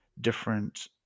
different